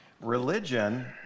Religion